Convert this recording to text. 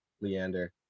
Leander